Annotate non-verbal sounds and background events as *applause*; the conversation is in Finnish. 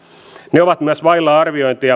ne ovat myös vailla arviointeja *unintelligible*